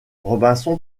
robinson